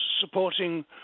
supporting